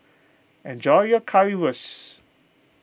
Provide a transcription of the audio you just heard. enjoy your Currywurst